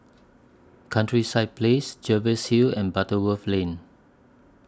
Countryside Place Jervois Hill and Butterworth Lane